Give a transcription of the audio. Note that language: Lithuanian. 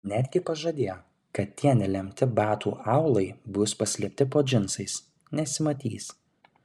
netgi pažadėjo kad tie nelemti batų aulai bus paslėpti po džinsais nesimatys